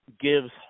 gives